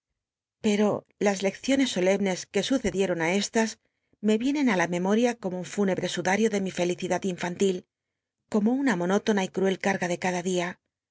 ero las lecciones solem nes qtre sucedici'on í estas me iencn ti la memoria como un fúnebre suda rio de mi fdil'idatl infantil como una monótona y cruel carga de cada dia